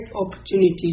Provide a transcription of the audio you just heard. opportunity